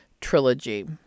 trilogy